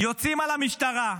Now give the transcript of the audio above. יוצאים על המשטרה,